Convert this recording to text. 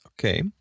Okay